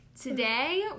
Today